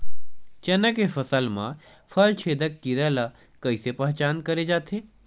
चना के फसल म फल छेदक कीरा ल कइसे पहचान करे जाथे?